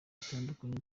bitandukanye